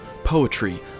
poetry